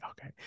okay